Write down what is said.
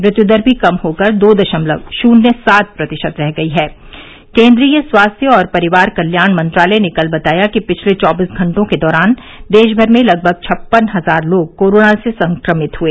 मृत्यु दर भी कम होकर दो दशमलव शून्य सात प्रतिशत रह गई है केन्द्रीय स्वास्थ्य और परिवार कल्याण मंत्रालय ने कल बताया कि पिछले चौबीस घंटों के दौरान देश भर में लगभग छप्पन हजार लोग कोरोना से संक्रमित हुए